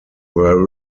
were